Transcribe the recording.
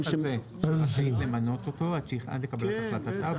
זה סעיף שעמדנו עליו